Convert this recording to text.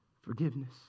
Forgiveness